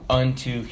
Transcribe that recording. unto